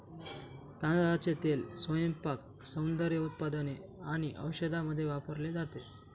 तांदळाचे तेल स्वयंपाक, सौंदर्य उत्पादने आणि औषधांमध्ये वापरले जाते